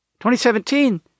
2017